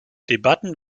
debatten